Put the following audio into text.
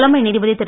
தலைமை நீதிபதி திரு